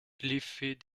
l’effet